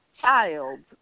child